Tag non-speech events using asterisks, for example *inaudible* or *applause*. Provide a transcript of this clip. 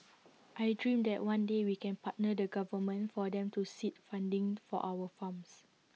*noise* I dream that one day we can partner the government for them to seed funding for our farms